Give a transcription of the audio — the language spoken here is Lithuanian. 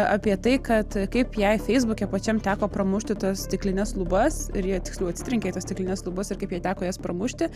apie tai kad kaip jai feisbuke pačiam teko pramušti tas stiklines lubas ir ji tiksliau atsitrenkė į tas stiklines lubas ir kaip jai teko jas pramušti